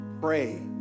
pray